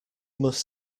must